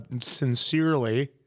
Sincerely